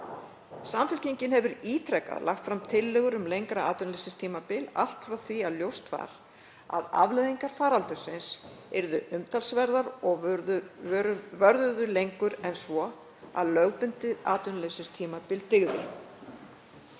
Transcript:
Samfylkingin hefur ítrekað lagt fram tillögur um lengra atvinnuleysistímabil, allt frá því að ljóst varð að afleiðingar faraldursins yrðu umtalsverðar og vörðu lengur en svo að lögbundið atvinnuleysistímabil dygði.